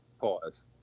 Pause